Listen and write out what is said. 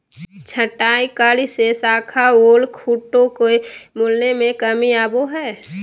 छंटाई कार्य से शाखा ओर खूंटों के मुड़ने में कमी आवो हइ